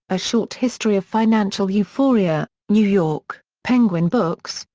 a short history of financial euphoria, new york penguin books,